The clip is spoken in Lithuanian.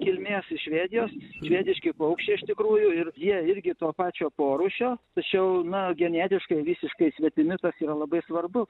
kilmės iš švedijos švediški paukščiai iš tikrųjų ir jie irgi to pačio porūšio tačiau na genetiškai visiškai svetimi tas yra labai svarbu